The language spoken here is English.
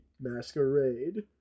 Masquerade